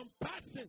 Compassion